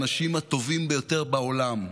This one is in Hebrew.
האנשים הטובים ביותר בעולם,